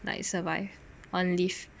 like survive on leave